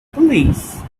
police